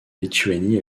lituanie